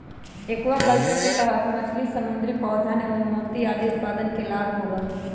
aquaculture के तहद मछली, समुद्री पौधवन एवं मोती आदि उत्पादन के लाभ होबा हई